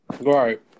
right